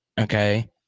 Okay